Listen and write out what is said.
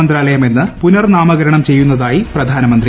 മന്ത്രാലയം എന്ന് പുനർ നാമകർണം ചെയ്യുന്നതായി പ്രപധാനമന്ത്രി